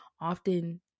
often